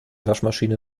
waschmaschine